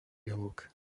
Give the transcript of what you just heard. hluk